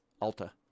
Alta